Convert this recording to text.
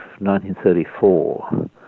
1934